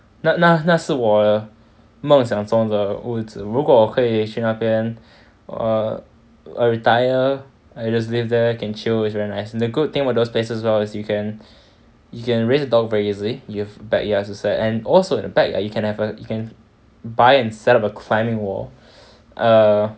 那那那是我我梦想中的屋子如果可以去那边 err err retire and just live there can chill is very nice and the good thing about those places as well is you can you can raise a dog very easy you have backyards aside and also the back you can have a you can buy and set up a climbing wall err